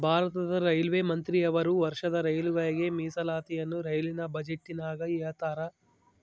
ಭಾರತದ ರೈಲ್ವೆ ಮಂತ್ರಿಯವರು ವರ್ಷದ ರೈಲುಗಳಿಗೆ ಮೀಸಲಾತಿಯನ್ನ ರೈಲಿನ ಬಜೆಟಿನಗ ಹೇಳ್ತಾರಾ